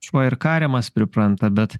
šuo ir kariamas pripranta bet